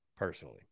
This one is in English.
Personally